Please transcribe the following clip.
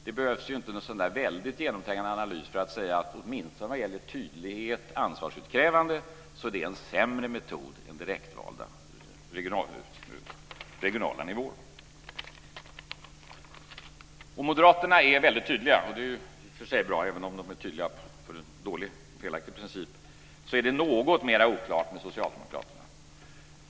Det behövs ju inte någon särskilt genomträngande analys för att säga att det åtminstone när det gäller tydlighet och ansvarsutkrävande är det en sämre metod än direktvalda regionala nivåer. Moderaterna är väldigt tydliga, och det är ju i och för sig bra, även om de är tydliga i fråga om en dålig och felaktig princip. Det är något mer oklart med Socialdemokraterna.